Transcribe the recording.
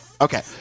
Okay